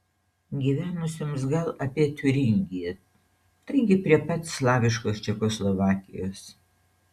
gyvenusioms gal apie tiuringiją taigi prie pat slaviškos čekoslovakijos